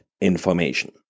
information